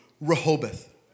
Rehoboth